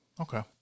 Okay